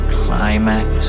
climax